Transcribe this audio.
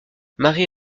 mary